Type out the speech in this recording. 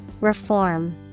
Reform